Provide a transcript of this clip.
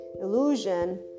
illusion